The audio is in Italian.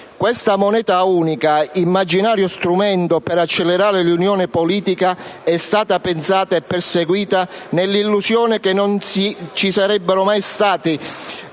La moneta unica - immaginario strumento per accelerare l'unione politica - è stata pensata è perseguita nell'illusione che non ci sarebbero mai state